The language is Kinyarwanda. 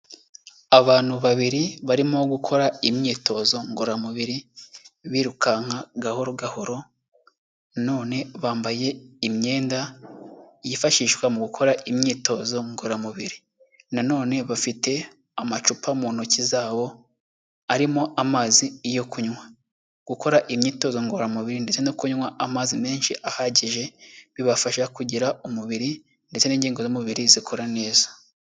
Abantu babiri barimo gukora imyitozo ngororamubiri, birukanka gahoro gahoro none bambaye imyenda yifashishwa mu gukora imyitozo ngororamubiri na none bafite amacupa mu ntoki zabo, arimo amazi yo kunywa. Gukora imyitozo ngororamubiri ndetse no kunywa amazi menshi ahagije, bibafasha kugira umubiri ndetse n'ingingo z'umubiri zikora neza.